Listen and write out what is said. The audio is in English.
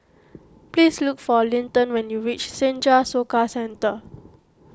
please look for Linton when you reach Senja Soka Centre